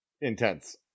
intense